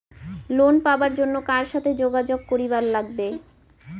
Loan পাবার জন্যে কার সাথে যোগাযোগ করিবার লাগবে?